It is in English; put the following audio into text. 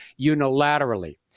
unilaterally